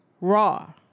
Raw